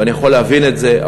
ואני יכול להבין את זה.